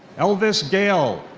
elvis gale.